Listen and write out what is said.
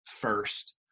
first